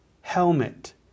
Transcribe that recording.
Helmet